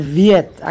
weet